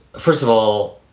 first of all,